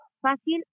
fácil